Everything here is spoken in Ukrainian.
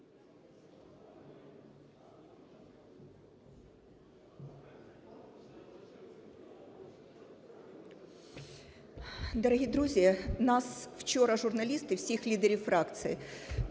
Дорогі друзі! Нас вчора журналісти всіх лідерів фракцій,